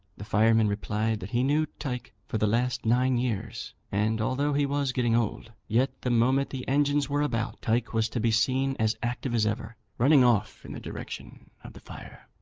the fireman replied that he knew tyke for the last nine years and although he was getting old, yet the moment the engines were about, tyke was to be seen as active as ever, running off in the direction of the fire.